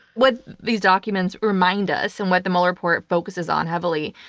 what these documents remind us, and what the mueller report focuses on heavily,